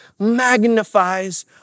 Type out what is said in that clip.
Magnifies